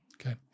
Okay